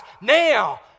Now